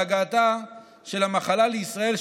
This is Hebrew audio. בהגעתה של המחלה לישראל,